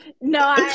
no